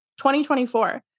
2024